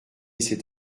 cet